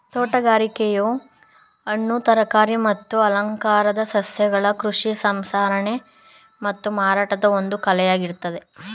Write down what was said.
ತೋಟಗಾರಿಕೆಯು ಹಣ್ಣು ತರಕಾರಿ ಮತ್ತು ಅಲಂಕಾರಿಕ ಸಸ್ಯಗಳ ಕೃಷಿ ಸಂಸ್ಕರಣೆ ಮತ್ತು ಮಾರಾಟದ ಒಂದು ಕಲೆಯಾಗಯ್ತೆ